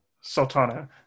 Sultana